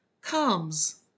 comes